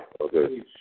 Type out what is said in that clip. Okay